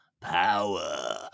Power